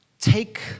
take